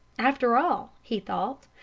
after all, he thought,